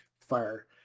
fire